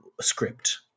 script